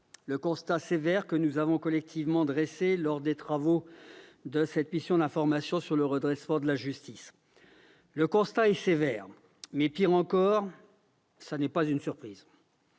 le constat sévère que nous avons collectivement dressé lors des travaux de la mission d'information sur le redressement de la justice. Le constat est sévère, mais, pis encore, il n'est pas une surprise,